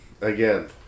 again